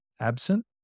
absent